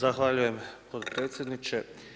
Zahvaljujem potpredsjedniče.